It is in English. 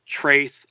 trace